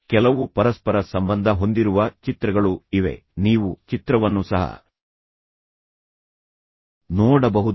ಕೆಲವು ಪರಸ್ಪರ ಸಂಬಂಧ ಹೊಂದಿರುವ ಚಿತ್ರಗಳು ಇವೆ ನೀವು ಚಿತ್ರವನ್ನು ಸಹ ನೋಡಬಹುದು